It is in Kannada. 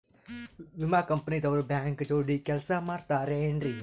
ವಿಮಾ ಕಂಪನಿ ದವ್ರು ಬ್ಯಾಂಕ ಜೋಡಿ ಕೆಲ್ಸ ಮಾಡತಾರೆನ್ರಿ?